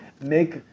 make